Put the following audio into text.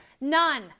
none